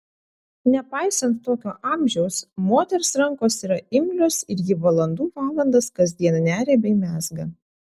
nepaisant tokio amžiaus moters rankos yra imlios ir ji valandų valandas kasdien neria bei mezga